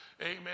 Amen